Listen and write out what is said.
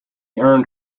earned